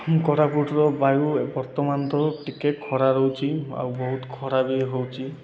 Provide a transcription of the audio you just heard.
ଆମ କୋରାପୁଟର ବାୟୁ ବର୍ତ୍ତମାନ ତ ଟିକେ ଖରା ରହୁଛି ଆଉ ବହୁତ ଖରା ବି ହେଉଛି